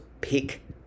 pick